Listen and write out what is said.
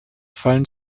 fallen